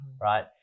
right